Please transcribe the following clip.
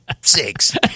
six